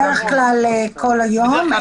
כלל כל היום,